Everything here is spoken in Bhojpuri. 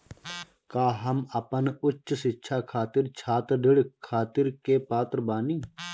का हम अपन उच्च शिक्षा खातिर छात्र ऋण खातिर के पात्र बानी?